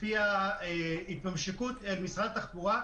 לפי התממשקות משרד התחבורה,